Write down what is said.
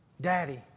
Daddy